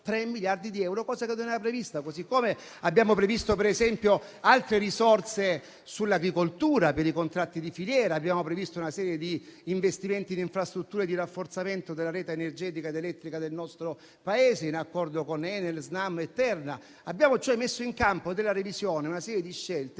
6,3 miliardi di euro, cosa che non era prevista. Così come abbiamo previsto, per esempio, altre risorse sull'agricoltura per i contratti di filiera, abbiamo previsto una serie di investimenti in infrastrutture di rafforzamento della rete energetica ed elettrica del nostro Paese, in accordo con Enel, Snam e Terna, abbiamo cioè messo in campo, nella revisione, una serie di scelte